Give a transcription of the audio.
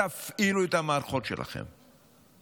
תפעילו את המערכות שלכם.